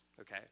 okay